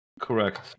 Correct